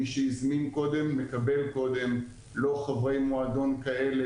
מי שהזמין קודם מקבל קודם ולא חברי מועדון כאלה